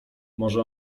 może